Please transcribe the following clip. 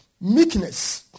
Meekness